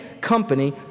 company